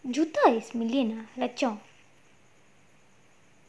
juta it's million ah like